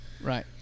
Right